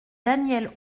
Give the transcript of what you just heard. danielle